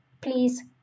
please